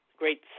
great